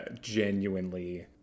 genuinely